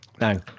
No